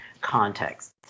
context